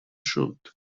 should